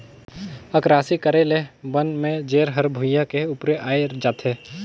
अकरासी करे रहें ले बन में जेर हर भुइयां के उपरे आय जाथे